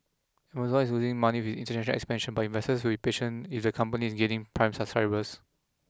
Amazon is losing money with international expansion but investors will be patient if the company is gaining prime subscribers